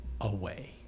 away